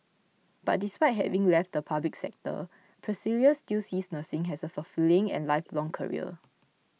but despite having left the public sector Priscilla still sees nursing as a fulfilling and lifelong career